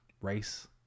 race